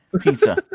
pizza